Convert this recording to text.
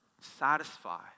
satisfy